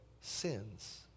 sins